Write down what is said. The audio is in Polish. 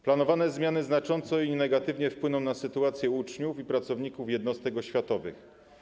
Planowane zmiany znacząco i negatywnie wpłyną na sytuację uczniów i pracowników jednostek oświatowych.